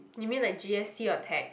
you mean like g_s_t or tag